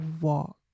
walk